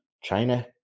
China